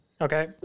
Okay